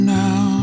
now